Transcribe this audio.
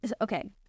okay